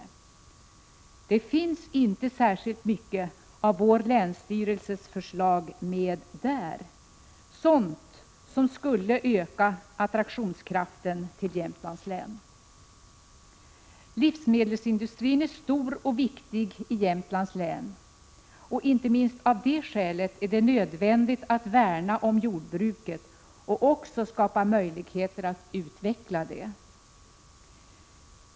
I propositionen finns inte särskilt mycket med av vår länsstyrelses förslag, sådant som skulle öka länets attraktionskraft. Livsmedelsindustrin är stor och viktig i Jämtlands län. Inte minst av det skälet är det nödvändigt att värna om jordbruket och också att skapa möjligheter att utveckla det.